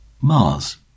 Mars